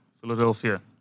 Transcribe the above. Philadelphia